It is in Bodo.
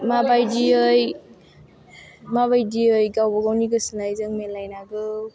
माबायदियै माबायदियै गावबागावनि गोस्थोनायजों मिलायनांगौ